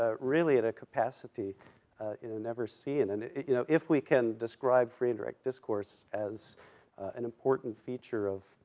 ah really, at a capacity you never see and and you know if we can describe free and direct discourse as an important feature of,